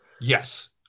Yes